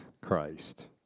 Christ